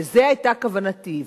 לזה היתה כוונתי.